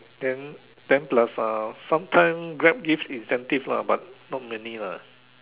then then plus uh sometime Grab give incentive lah but not many lah